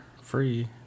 free